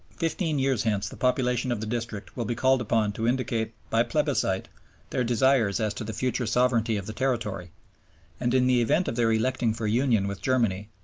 fifteen years hence the population of the district will be called upon to indicate by plebiscite their desires as to the future sovereignty of the territory and, in the event of their electing for union with germany,